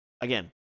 again